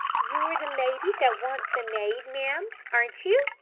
you're the lady that wants a maid, ma'am, aren't you?